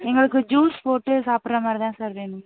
எங்களுக்கு ஜூஸ் போட்டு சாப்பிடுற மாதிரிதான் சார் வேணும்